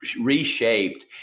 reshaped